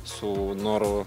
su noru